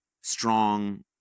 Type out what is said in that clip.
strong